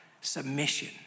submission